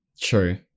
True